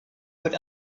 put